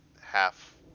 half